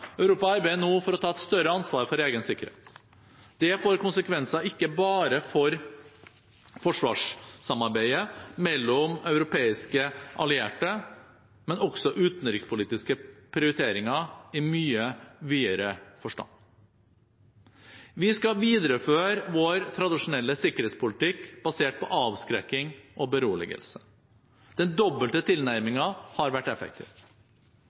Europa arbeider nå for å ta et større ansvar for egen sikkerhet. Det får konsekvenser ikke bare for forsvarssamarbeidet mellom europeiske allierte, men også for utenrikspolitiske prioriteringer i mye videre forstand. Vi skal videreføre vår tradisjonelle sikkerhetspolitikk basert på avskrekking og beroligelse. Den dobbelte tilnærmingen har vært effektiv.